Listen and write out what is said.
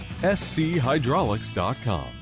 schydraulics.com